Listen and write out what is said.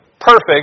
perfect